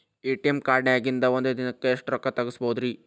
ATM ಕಾರ್ಡ್ನ್ಯಾಗಿನ್ದ್ ಒಂದ್ ದಿನಕ್ಕ್ ಎಷ್ಟ ರೊಕ್ಕಾ ತೆಗಸ್ಬೋದ್ರಿ?